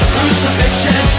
Crucifixion